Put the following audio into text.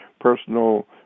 personal